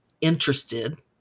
interested